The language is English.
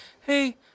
hey